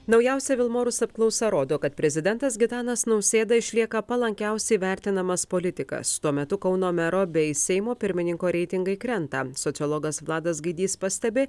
naujausia vilmorus apklausa rodo kad prezidentas gitanas nausėda išlieka palankiausiai vertinamas politikas tuo metu kauno mero bei seimo pirmininko reitingai krenta sociologas vladas gaidys pastebi